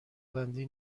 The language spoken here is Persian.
بندی